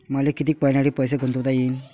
मले कितीक मईन्यासाठी पैसे गुंतवता येईन?